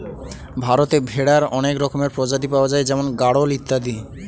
ভারতে ভেড়ার অনেক রকমের প্রজাতি পাওয়া যায় যেমন গাড়ল ইত্যাদি